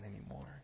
anymore